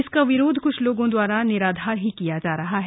इसका विरोध कुछ लोगों द्वारा निराधार ही किया जा रहा है